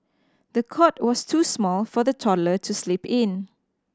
the cot was too small for the toddler to sleep in